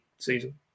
season